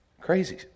Crazy